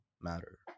matter